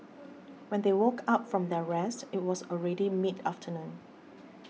when they woke up from their rest it was already mid afternoon